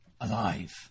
alive